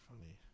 funny